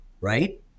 right